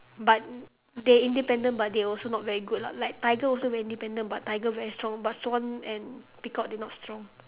but they independent but they also not very good lah like tiger also very independent but tiger very strong but swan and peacock they not strong